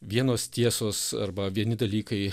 vienos tiesos arba vieni dalykai